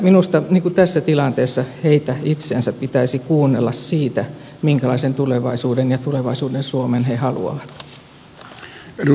minusta tässä tilanteessa heitä itseänsä pitäisi kuunnella siitä minkälaisen tulevaisuuden ja tulevaisuuden suomen he haluavat